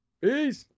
Peace